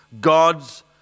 God's